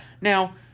Now